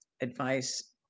advice